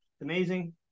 amazing